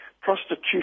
Prostitution